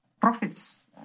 profits